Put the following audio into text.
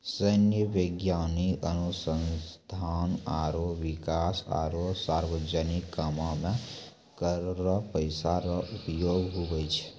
सैन्य, वैज्ञानिक अनुसंधान आरो बिकास आरो सार्वजनिक कामो मे कर रो पैसा रो उपयोग हुवै छै